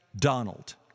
Donald